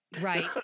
Right